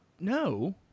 No